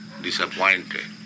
disappointed